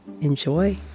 enjoy